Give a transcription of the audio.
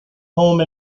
home